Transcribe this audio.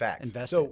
invest